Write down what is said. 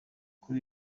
kuri